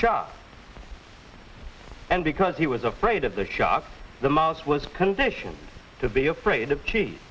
shock and because he was afraid of the shock the mouse was conditioned to be afraid of cheese